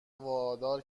وادار